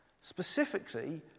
Specifically